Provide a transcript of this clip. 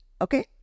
Okay